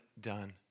done